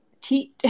teach